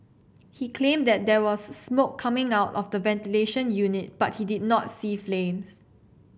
he claimed that there was smoke coming out of the ventilation unit but he did not see flames